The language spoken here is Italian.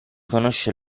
conosce